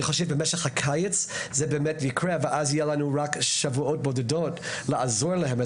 אני חושב שבמשך הקיץ זה יקרה ואז יהיו לנו רק שבועות בודדים לעזור להם.